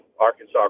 Arkansas